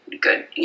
good